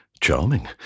Charming